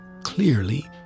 clearly